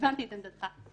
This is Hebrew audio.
את עמדתך.